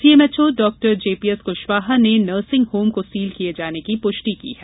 CMHO doctor JPS Kushwah ने nursing home को seal किये जाने की पुष्टि की है